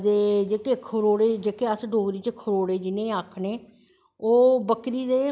ते जेह्के खरौड़े डोगरी च जिनेंगी खरौड़े आखनें ओह् बकरी दे